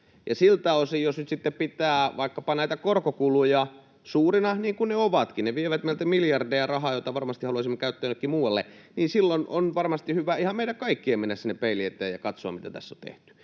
siltä osin, jos nyt sitten pitää vaikkapa näitä korkokuluja suurina — niin kuin ne ovatkin, ne vievät meiltä miljardeja rahaa, jota varmasti haluaisimme käyttää jonnekin muualle — on varmasti hyvä ihan meidän kaikkien mennä sinne peilin eteen ja katsoa, mitä tässä on tehty.